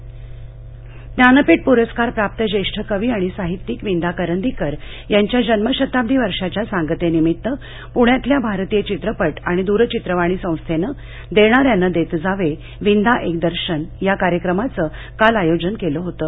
बाईटविंदाः ज्ञानपीठ पुरस्कार प्राप्त ज्येष्ठ कवी आणि साहित्यिक विदा करंदीकर यांच्या जन्मशताब्दि वर्षाच्या सांगतेनिमित्त प्ण्यातल्या भारतीय चित्रपट आणि दूरचित्रवाणी संस्थेनं देणाऱ्याने देत जावेः विंदा एक दर्शन या कार्यक्रमाचं काल आयोजन केल होतं